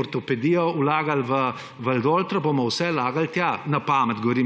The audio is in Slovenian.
ortopedijo razvijali v Valdoltri, bomo vse vlagali tja. Na pamet govorim,